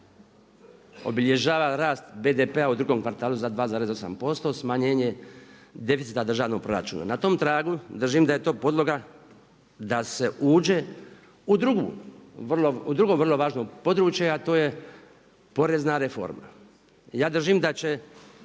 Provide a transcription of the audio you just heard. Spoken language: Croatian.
obilježava rast BDP-a u drugom kvartalu za 2,8%, smanjenje deficita državnog proračuna. Na tom tragu držim da je to podloga da se uđe u drugo vrlo važno područje, a to je porezna reforma. Ja držim da će